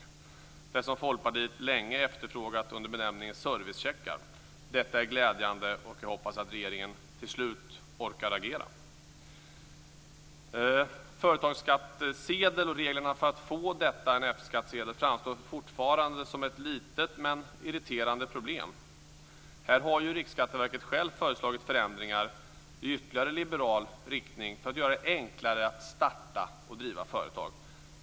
Det är något som Folkpartiet länge efterfrågat under benämningen servicecheckar. Detta är glädjande, och jag hoppas att regeringen till slut orkar agera. Reglerna för att få en F-skattsedel framstår fortfarande som ett litet men irriterande problem. Här har ju Riksskatteverket självt föreslagit förändringar i ytterligare liberal riktning för att göra det enklare att starta och driva företag.